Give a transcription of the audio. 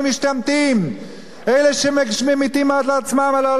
אלה שממיתים עצמם באוהלה של תורה,